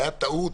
הייתה טעות,